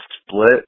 split